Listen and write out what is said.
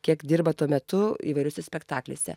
kiek dirba tuo metu įvairiuose spektakliuose